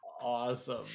Awesome